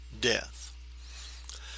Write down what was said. death